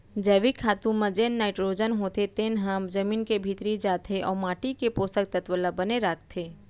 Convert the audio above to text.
जैविक खातू म जेन नाइटरोजन होथे तेन ह जमीन के भीतरी जाथे अउ माटी के पोसक तत्व ल बने राखथे